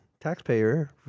Taxpayer